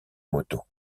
moto